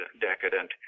decadent